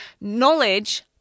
Knowledge